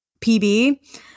PB